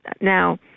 Now